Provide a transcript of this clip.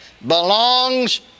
belongs